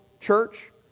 church